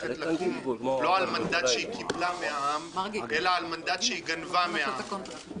הולכת לקום על מנדט שהיא קיבלה מהעם אלא על מנדט שהיא גנבה מהעם.